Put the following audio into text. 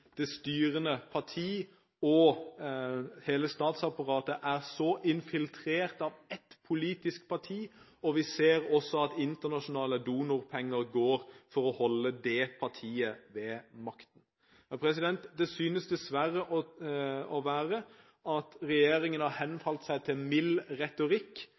det styrende partiet og hele statsapparatet er infiltrert av ett politisk parti. Vi ser også at internasjonale donorpenger går til å holde det partiet ved makten. Det synes dessverre å være slik at regjeringen er henfalt til mild retorikk